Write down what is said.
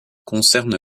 concerne